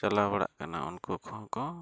ᱪᱟᱞᱟᱣ ᱵᱟᱲᱟᱜ ᱠᱟᱱᱟ ᱩᱱᱠᱩ ᱠᱚᱦᱚᱸ ᱠᱚ